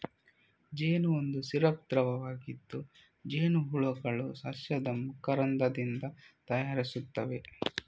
ಜೇನು ಒಂದು ಸಿರಪ್ ದ್ರವವಾಗಿದ್ದು, ಜೇನುಹುಳುಗಳು ಸಸ್ಯದ ಮಕರಂದದಿಂದ ತಯಾರಿಸುತ್ತವೆ